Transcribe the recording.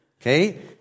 Okay